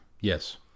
Yes